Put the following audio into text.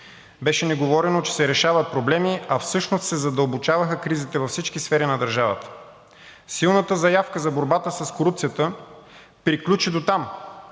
Беше ни говорено, че се решават проблеми, а всъщност се задълбочаваха кризите във всички сфери на държавата. Силната заявка за борбата с корупцията приключи до там,